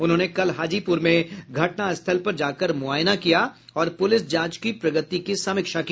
उन्होंने कल हाजीपुर में घटनास्थल पर जाकर मुआयना किया और पुलिस जांच की प्रगति की समीक्षा की